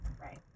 Right